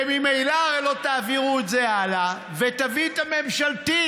וממילא לא תעבירו את זה הלאה, ותביא את הממשלתית.